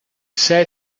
said